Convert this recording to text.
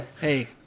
Hey